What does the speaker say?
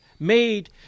made